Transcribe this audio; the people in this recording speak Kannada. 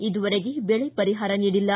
ಇದುವರೆಗೆ ಬೆಳೆ ಪರಿಹಾರ ನೀಡಿಲ್ಲ